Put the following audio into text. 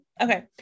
Okay